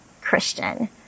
Christian